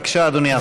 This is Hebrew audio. בבקשה, אדוני השר.